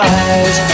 eyes